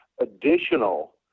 additional